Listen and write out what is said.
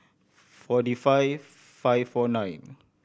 forty five five four nine